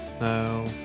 No